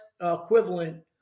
equivalent